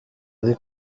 ari